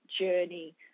journey